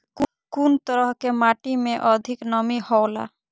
कुन तरह के माटी में अधिक नमी हौला?